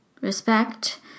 respect